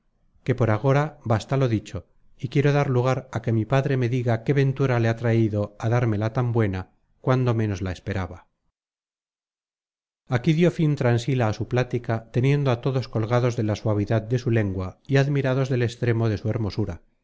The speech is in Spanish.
que por agora basta lo dicho y quiero dar lugar á que mi padre me diga qué ventura le ha traido á dármela tan buena cuando ménos la esperaba content from google book search generated at aquí dió fin transila á su plática teniendo a todos colgados de la suavidad de su lengua y admirados del extremo de su hermosura